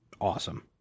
Awesome